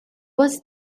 was